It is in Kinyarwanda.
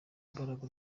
imbaraga